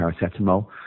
paracetamol